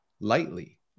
lightly